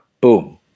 boom